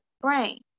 brain